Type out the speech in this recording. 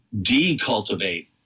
decultivate